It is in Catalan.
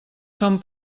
són